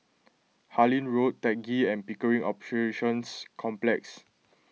Harlyn Road Teck Ghee and Pickering Operations Complex